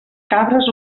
cabres